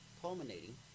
culminating